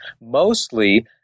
mostly